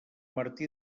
martí